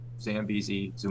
Zambezi